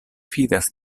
fidas